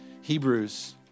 Hebrews